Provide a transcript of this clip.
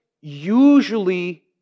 usually